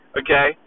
okay